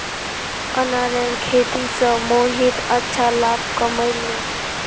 अनारेर खेती स मोहित अच्छा लाभ कमइ ले